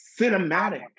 cinematic